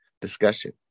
discussion